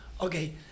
Okay